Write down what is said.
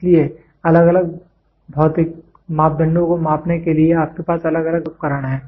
इसलिए अलग अलग भौतिक मापदंडों को मापने के लिए आपके पास अलग अलग माप उपकरण हैं